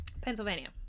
Pennsylvania